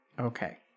Okay